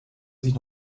sich